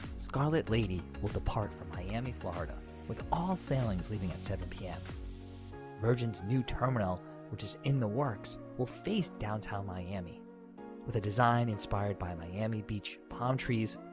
scarlet lady will depart from miami, florida with all sailings leaving at seven p m virgin's new terminal which is in the works will face downtown miami with a design inspired by miami beach palm trees.